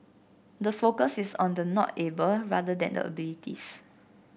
the focus is on the not able rather than the abilities